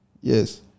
Yes